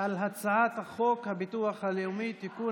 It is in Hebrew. על הצעת חוק הביטוח הלאומי (תיקון,